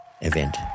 event